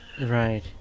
Right